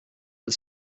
but